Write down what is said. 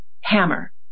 hammer